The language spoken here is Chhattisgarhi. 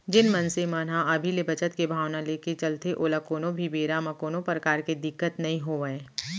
जेन मनसे मन ह अभी ले बचत के भावना लेके चलथे ओला कोनो भी बेरा म कोनो परकार के दिक्कत नइ होवय